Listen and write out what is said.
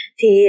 Thì